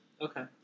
Okay